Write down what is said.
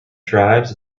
tribes